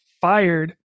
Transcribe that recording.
fired